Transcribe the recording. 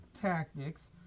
tactics